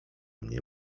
mnie